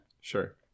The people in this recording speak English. sure